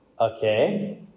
Okay